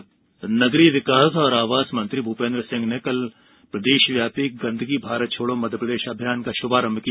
गंदगी छोड़ों अभियान नगरीय विकास एवं आवास मंत्री भूपेन्द्र सिंह ने कल प्रदेशव्यापी गंदगी भारत छोड़ो मध्यप्रदेश अभियान का शुभारंभ किया